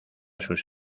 sus